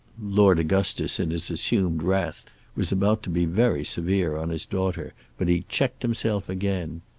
lord augustus in his assumed wrath was about to be very severe on his daughter, but he checked himself again.